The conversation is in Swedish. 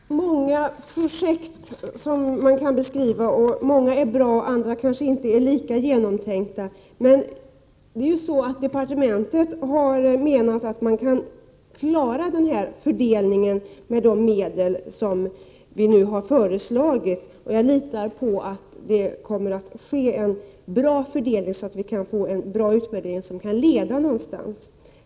Herr talman! Det finns många projekt som kan beskrivas, och många är bra medan andra kanske inte är lika genomtänkta. Departementet menar att man kan klara denna fördelning med de medel som har föreslagits. Jag litar på att det kommer att ske en bra fördelning, så att det blir en bra utvärdering, som kan leda någonstans.